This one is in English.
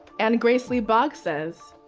and grace lee boggs says,